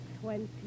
Twenty